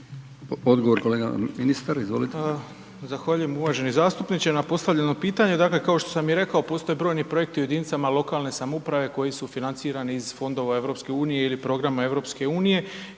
Odgovor kolega ministar, izvolite. **Malenica, Ivan (HDZ)** Zahvaljujem uvaženi zastupniče na postavljenom pitanju, dakle kao što sam i rekao postoje brojni projekti u jedinicama lokalne samouprave koji su financirani iz fondova EU ili programa EU i